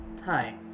hi